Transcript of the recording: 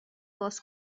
باز